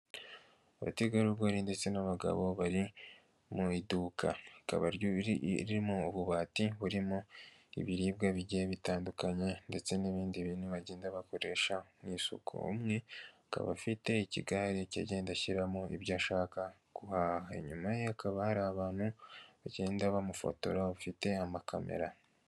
Abategarugori ndetse n'abagabo bari mu iduka rikaba ririmo ububati burimo ibiribwa bigiye bitandukanye, ndetse n'ibindi bintu bagenda bakoresha mu isuko, umwe akaba afite ikigare agenda ashyiramo ibyo ashaka guhaha, inyuma ye hakaba hari abantu bagenda bamufotora bafite amakamera.